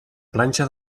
planxa